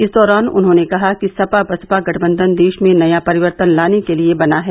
इस दौरान उन्होंने कहा कि सपा बसपा गठबंधन देश में नया परिवर्तन लाने के लिये बना है